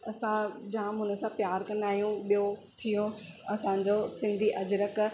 असां जाम हुन सां प्यार कंदा आहियूं ॿियो थी वियो असांजो सिंधी अजरक